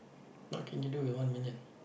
what can you do with one million